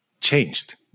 changed